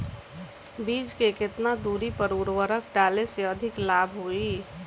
बीज के केतना दूरी पर उर्वरक डाले से अधिक लाभ होई?